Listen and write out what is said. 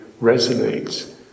resonates